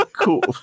cool